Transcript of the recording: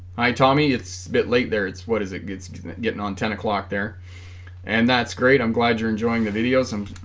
hi tommy it's a bit late there it's what is it gets getting on ten o'clock there and that's great i'm glad you're enjoying the videos and